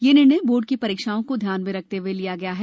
यह निर्णय बोर्ड की परीक्षाओं को ध्यान में रखते हए लिया गया है